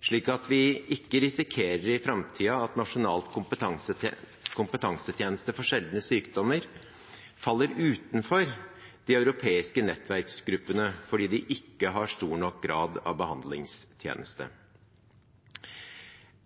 slik at vi i framtiden ikke risikerer at Nasjonal kompetansetjeneste for sjeldne diagnoser faller utenfor de europeiske nettverksgruppene fordi de ikke har stor nok grad av behandlingstjeneste.